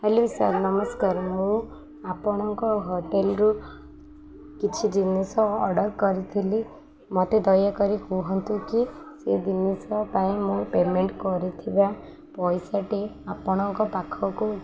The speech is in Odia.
ହ୍ୟାଲୋ ସାର୍ ନମସ୍କାର ମୁଁ ଆପଣଙ୍କ ହୋଟେଲ୍ରୁ କିଛି ଜିନିଷ ଅର୍ଡ଼ର୍ କରିଥିଲି ମୋତେ ଦୟାକରି କୁହନ୍ତୁ କି ସେ ଜିନିଷ ପାଇଁ ମୁଁ ପେମେଣ୍ଟ କରିଥିବା ପଇସାଟି ଆପଣଙ୍କ ପାଖକୁ